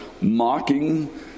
mocking